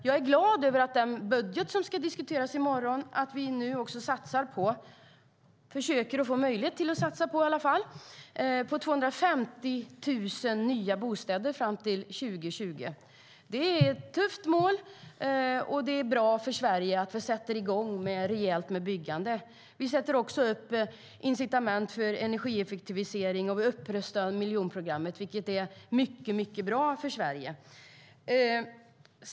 Jag är glad över att vi med den budget som ska diskuteras i morgon försöker få möjlighet att satsa på 250 000 nya bostäder fram till 2020. Det är ett tufft mål, och det är bra för Sverige att vi sätter igång med rejält med byggande. Vi sätter också upp incitament för energieffektivisering och en upprustning av miljonprogrammet, vilket är mycket bra för Sverige.